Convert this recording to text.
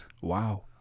Wow